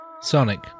Sonic